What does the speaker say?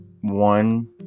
one